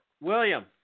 William